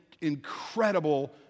incredible